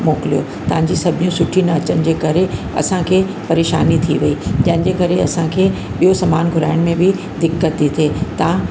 मोकिलियो तव्हांजी सब्जियुं सुठी न अचण जे करे असांखे परेशानी थी वई जंहिंजे करे असांखे ॿियो समान घुराइण में बि दिक़त थी थिए तव्हां